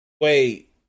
Wait